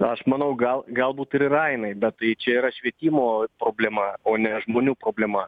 aš manau gal galbūt ir yra jinai bet tai čia yra švietimo problema o ne žmonių problema